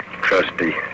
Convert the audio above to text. Trusty